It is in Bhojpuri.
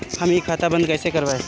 हम इ खाता बंद कइसे करवाई?